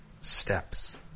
steps